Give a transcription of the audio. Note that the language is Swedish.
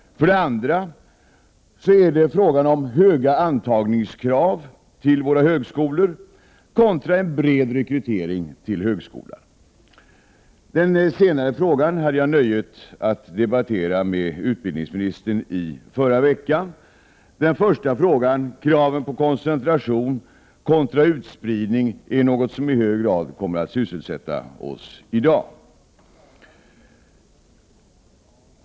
För det andra gäller det frågan om höga antagningskrav vid våra högskolor contra en bred rekrytering till högskolorna. Den sistnämnda frågan hade jag nöjet att debattera med utbildningsministern i förra veckan. Den första frågan, kravet på koncentration contra utspridning, är något som i hög grad kommer att sysselsätta oss i dag.